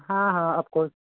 हाँ हाँ of course